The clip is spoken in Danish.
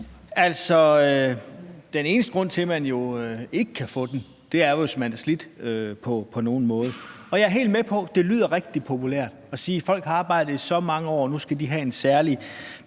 Altså, den eneste grund til, at man ikke kan få den, er, hvis man er slidt på nogen måde. Og jeg er helt med på, at det lyder rigtig populært at sige, at folk har arbejdet i så mange år, og nu skal de have en særlig